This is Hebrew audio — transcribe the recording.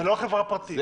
זה לא חברה פרטית.